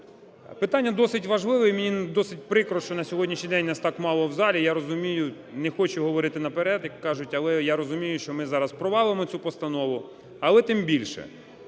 питання досить важливе. І мені досить прикро, що на сьогоднішній день нас так мало в залі. Я розумію, не хочу говорити наперед, як кажуть, але розумію, що ми зараз провалимо цю постанову. Але тим більше,